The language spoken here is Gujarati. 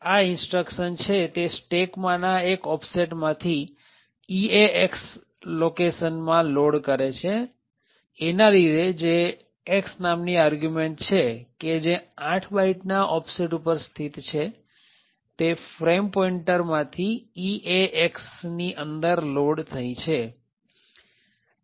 આ instruction છે તે સ્ટેકમાંના એક ઓફસેટમાંથી EAX લોકેશન માં લોડ કરે છે એના લીધે જે X નામની આર્ગ્યુંમેન્ટ છે કે જે ૮ બાઈટ ના ઓફસેટ ઉપર સ્થિત છે તે ફ્રેમ પોઈન્ટર માંથી EAXની અંદર લોડ થઇ છે